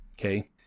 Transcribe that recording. Okay